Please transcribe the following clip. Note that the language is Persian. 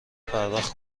پرداخت